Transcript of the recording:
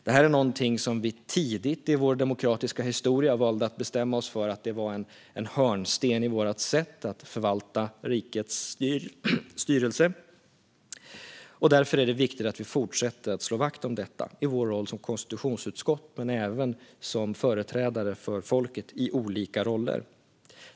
Det var något som vi tidigt i vår demokratiska historia valde att bestämma oss för skulle vara en hörnsten för vårt sätt att förvalta rikets styrelse. Därför är det viktigt att vi fortsätter att slå vakt om detta i vår roll som konstitutionsutskott men även som företrädare för folket i olika roller.